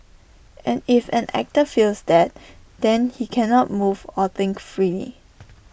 and if an actor feels that then he cannot move or think freely